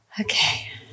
okay